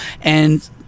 and-